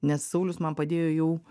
nes saulius man padėjo jau